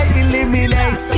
eliminate